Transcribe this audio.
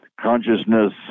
Consciousness